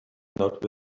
not